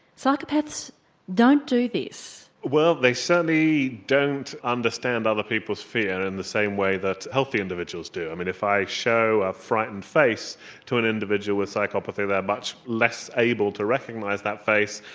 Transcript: psychopaths don't do this. well they certainly don't understand other people's fear in the same way that healthy individuals do. i mean if i show a frightened face to an individual with psychopathy they are much less able to recognise that face,